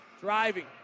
driving